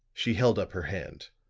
she held up her hand.